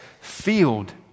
field